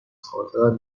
خاطرم